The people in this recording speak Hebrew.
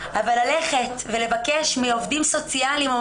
אבל ללכת ולבקש מעובדים סוציאליים או